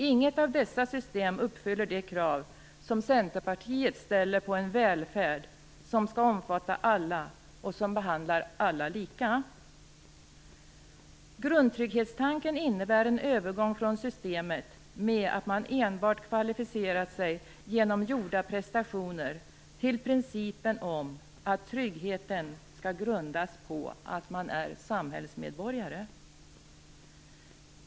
Inget av dessa system uppfyller de krav som Centerpartiet ställer på en välfärd som skall omfatta alla och som behandlar alla lika. Grundtrygghetstanken innebär en övergång från systemet med att man enbart kvalificerat sig genom gjorda prestationer till principen om att tryggheten skall grundas på att man är samhällsmedborgare.